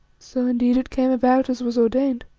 so indeed it came about as was ordained,